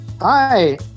Hi